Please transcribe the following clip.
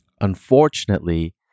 Unfortunately